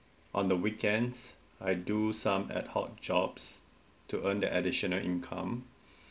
on the weekends I do some ad-hoc jobs to earn the additional income